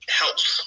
helps